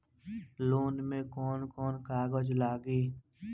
Loan में कौन कौन कागज लागी?